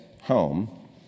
home